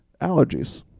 allergies